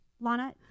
Lana